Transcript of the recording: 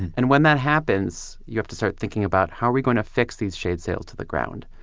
and when that happens, you have to start thinking about how are we going to fix these shade sails to the ground.